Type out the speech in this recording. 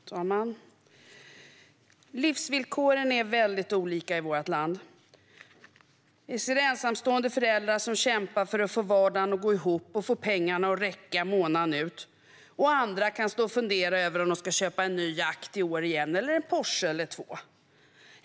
Herr talman! Livsvillkoren är mycket olika i vårt land. Det finns ensamstående föräldrar som kämpar för att få vardagen att gå ihop och pengarna att räcka månaden ut. Andra kan fundera över om de ska köpa en ny jakt i år igen, eller en Porsche eller två.